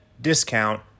discount